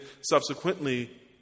subsequently